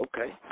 Okay